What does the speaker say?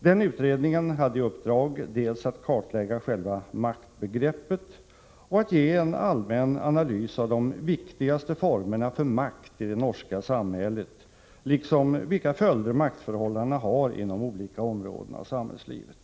Denna utredning hade i uppdrag att kartlägga själva maktbegreppet och göra en allmän analys av de viktigaste formerna för makt i det norska samhället, liksom av vilka följder maktförhållandena har inom olika områden av samhällslivet.